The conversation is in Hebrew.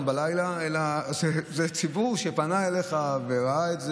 בלילה אלא זה ציבור שפנה אליך וראה את זה,